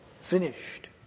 finished